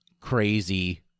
crazy